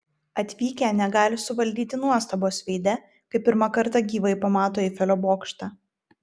atvykę negali suvaldyti nuostabos veide kai pirmą kartą gyvai pamato eifelio bokštą